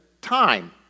time